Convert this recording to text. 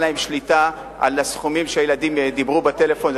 להם שליטה על הסכומים כשהילדים דיברו בטלפון.